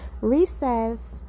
recess